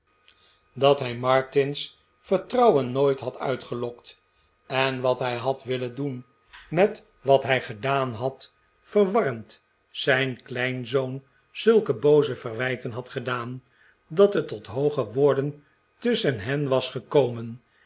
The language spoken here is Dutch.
dat hij martin's vertrouwen nooit had uitgelokt en wat hij had willen doen met wat hij gedaan had verwarrend zijn kleinzoon zulke booze verwijten had gedaan dat het tot liooge woorden tusschen hen was gekomen